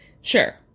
Sure